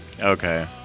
Okay